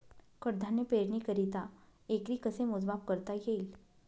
कडधान्य पेरणीकरिता एकरी कसे मोजमाप करता येईल?